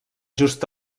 just